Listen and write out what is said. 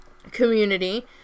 community